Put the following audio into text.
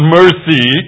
mercy